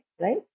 Right